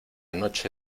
noche